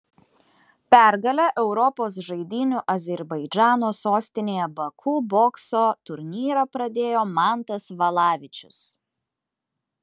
pergale europos žaidynių azerbaidžano sostinėje baku bokso turnyrą pradėjo mantas valavičius